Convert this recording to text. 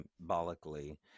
symbolically